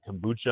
Kombucha